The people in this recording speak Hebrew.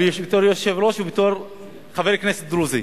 בתור יושב-ראש ובתור חבר כנסת דרוזי.